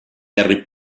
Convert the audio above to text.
harry